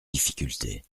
difficulté